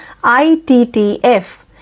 ITTF